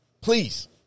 Please